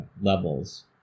levels